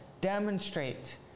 demonstrate